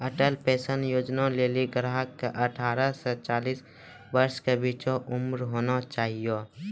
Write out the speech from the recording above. Atal pension Yojana लेली ग्राहक के अठारह से चालीस वर्ष के बीचो उमर होना चाहियो